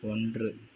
ஒன்று